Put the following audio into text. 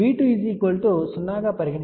V2 0 గా పరిగణించినప్పుడు BV1−I2 అవుతుంది